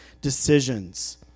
decisions